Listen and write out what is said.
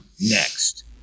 next